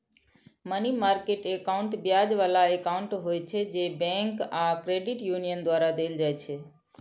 money market account ब्याज बला account होइ छै, जे बैंक आ क्रेडिट यूनियन द्वारा देल जाइ छै